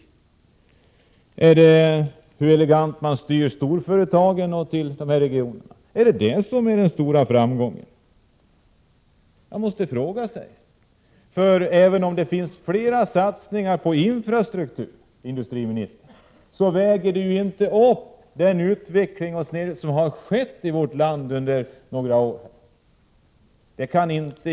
Eller är det hur elegant man styr storföretagen till de här regionerna som är den stora framgången? Man måste fråga sig det. Även om det finns flera satsningar på infrastruktur så väger de inte upp den utveckling som har skett i landet under några år.